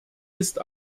ist